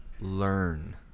learn